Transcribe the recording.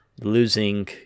losing